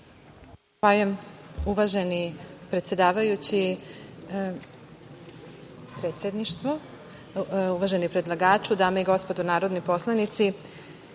Zahvaljujem. Uvaženi predsedavajući, predsedništvo, uvaženi predlagaču, dame i gospodo narodni poslanici,